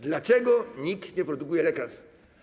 Dlaczego nikt nie produkuje lekarstw?